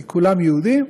כי כולם יהודים,